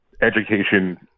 education